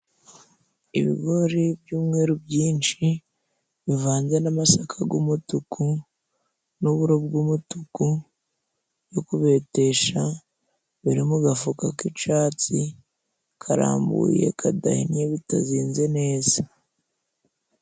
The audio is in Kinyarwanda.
Ibigori by'umweru byinshi bivanze n'amasaka g'umutuku n'uburo bw'umutuku, byo kubetesha biri mu gafuka k'icatsi karambuye kadahinnye bitazinze neza.